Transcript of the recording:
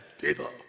people